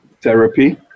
therapy